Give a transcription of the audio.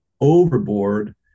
overboard